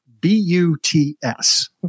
B-U-T-S